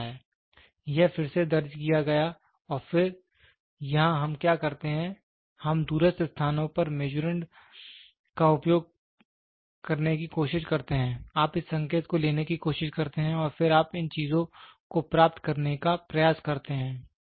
तो यह फिर से दर्ज किया गया और फिर यहाँ हम क्या करते हैं हम दूरस्थ स्थानों पर मीज़ुरंड का उपयोग करने की कोशिश करते हैं आप इस संकेत को लेने की कोशिश करते हैं और फिर आप इन चीजों को प्राप्त करने का प्रयास करते हैं